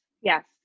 yes